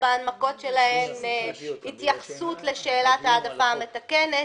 בהנמקות שלהן התייחסות לשאלת ההעדפה המתקנת.